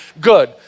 Good